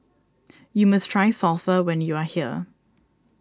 you must try Salsa when you are here